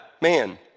man